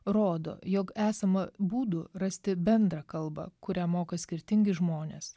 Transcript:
rodo jog esama būdų rasti bendrą kalbą kurią moka skirtingi žmonės